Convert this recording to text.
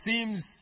seems